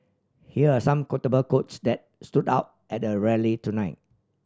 here are some quotable quotes that stood out at the rally tonight